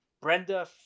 Brenda